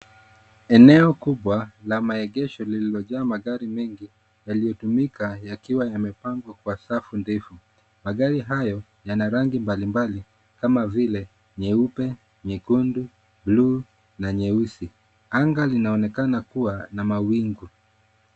Eneo kubwa la maegesho lililojaa magari mengi yaliyotumika yakiwa yamepangwa kwa safu ndefu. Magari hayo yana rangi mbalimbali kama vile nyeupe, nyekundu, bluu na nyeusi. Anga linaonekana kuwa na mawingu.